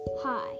Hi